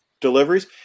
deliveries